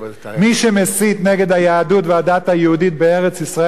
מי שמסית נגד היהדות והדת היהודית בארץ-ישראל